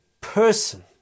person